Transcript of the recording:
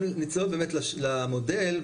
נצלול באמת למודל.